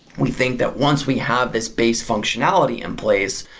we think that once we have this base functionality in place,